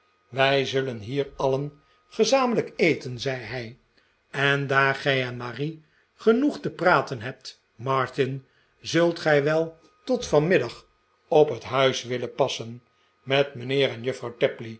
wij zullen hier alien gezamenlijk eten zei hij en daar gij en marie genoeg te praten hebt martin zult gij wel tot vanmiddag op net huis willen passen met mijnheer en juffrouw